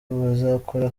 bazakora